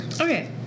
Okay